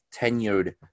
tenured